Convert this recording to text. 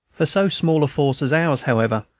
for so small a force as ours, however,